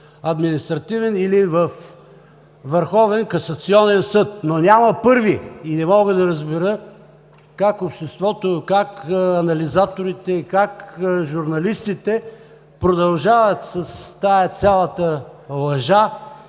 административен или във Върховен касационен съд, но няма първи. Не мога да разбера как обществото, как анализаторите, как журналистите продължават с тази цялата лъжа